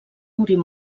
morir